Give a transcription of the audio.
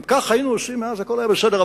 אם כך היינו עושים אז, הכול היה בסדר.